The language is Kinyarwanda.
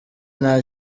nta